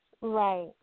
Right